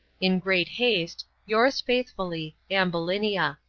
in great haste, yours faithfully, ambulinia.